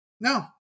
No